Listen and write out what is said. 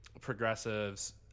progressives